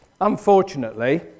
Unfortunately